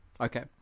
Okay